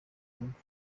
urugo